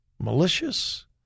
malicious